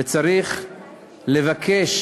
וצריך לבקש